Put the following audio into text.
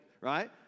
right